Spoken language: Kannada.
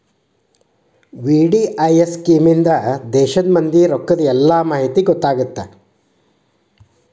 ವಿ.ಡಿ.ಐ.ಎಸ್ ಸ್ಕೇಮ್ ಇಂದಾ ದೇಶದ್ ಮಂದಿ ರೊಕ್ಕದ್ ಎಲ್ಲಾ ಮಾಹಿತಿ ಗೊತ್ತಾಗತ್ತ